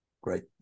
Great